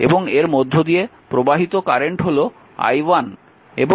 এবং এর মধ্য দিয়ে প্রবাহিত কারেন্ট হল i1